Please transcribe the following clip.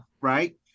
right